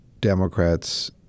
Democrats